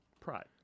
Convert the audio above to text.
Pride